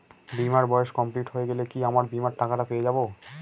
বীমার বয়স কমপ্লিট হয়ে গেলে কি আমার বীমার টাকা টা পেয়ে যাবো?